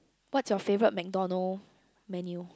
what's your favourite MacDonald menu